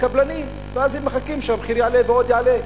הקבלנים, ואז הם מחכים שהמחיר יעלה ועוד יעלה.